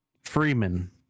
Freeman